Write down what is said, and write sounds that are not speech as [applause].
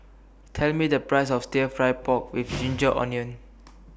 Tell Me The Price of Stir Fry Pork with [noise] Ginger Onions